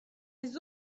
les